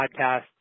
podcast